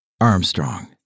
Armstrong